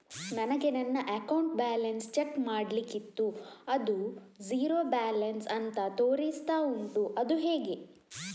ನನಗೆ ನನ್ನ account balance check ಮಾಡ್ಲಿಕ್ಕಿತ್ತು ಅದು ಝೀರೋ ಬ್ಯಾಲೆನ್ಸ್ ಅಂತ ತೋರಿಸ್ತಾ ಉಂಟು ಅದು ಹೇಗೆ?